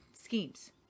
schemes